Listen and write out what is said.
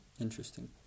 Interesting